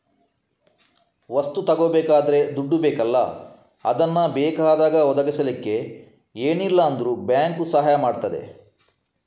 ವಸ್ತು ತಗೊಳ್ಬೇಕಾದ್ರೆ ದುಡ್ಡು ಬೇಕಲ್ಲ ಅದನ್ನ ಬೇಕಾದಾಗ ಒದಗಿಸಲಿಕ್ಕೆ ಏನಿಲ್ಲ ಅಂದ್ರೂ ಬ್ಯಾಂಕು ಸಹಾಯ ಮಾಡ್ತದೆ